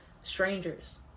strangers